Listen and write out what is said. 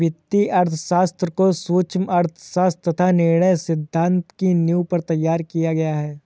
वित्तीय अर्थशास्त्र को सूक्ष्म अर्थशास्त्र तथा निर्णय सिद्धांत की नींव पर तैयार किया गया है